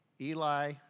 Eli